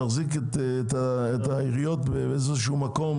להחזיק את העיריות באיזה מקום,